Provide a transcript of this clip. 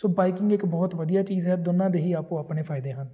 ਸੋ biking ਇੱਕ ਬਹੁਤ ਵਧੀਆ ਚੀਜ਼ ਹੈ ਦੋਨਾਂ ਦੇ ਹੀ ਆਪੋ ਆਪਣੇ ਫਾਇਦੇ ਹਨ